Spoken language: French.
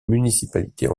municipalités